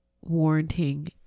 warranting